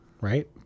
right